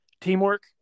teamwork